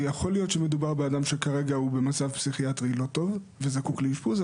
ויכול להיות שמדובר באדם שכרגע הוא במצב פסיכיאטרי לא טוב וזקוק לאשפוז,